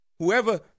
Whoever